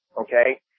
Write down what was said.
okay